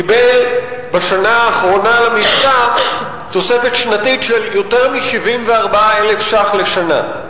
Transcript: קיבל בשנה האחרונה למבצע תוספת שנתית של יותר מ-74,000 ש"ח לשנה.